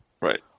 Right